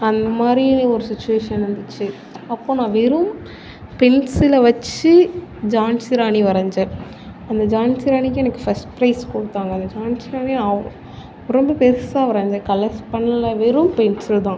அந்த மாதிரி ஒரு சுச்சிவேஷன் இருந்துச்சு அப்போது நான் வெறும் பென்சிலை வச்சு ஜான்சிராணி வரைஞ்சேன் அந்த ஜான்சிராணிக்கு எனக்கு ஃபஸ்ட் ப்ரைஸ் கொடுத்தாங்க அந்த ஜான்சிராணி அவ் ரொம்ப பெருசாக வரைஞ்சேன் கலர்ஸ் பண்ணலை வெறும் பென்சில் தான்